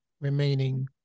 remaining